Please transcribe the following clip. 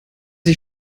ich